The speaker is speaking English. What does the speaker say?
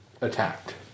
attacked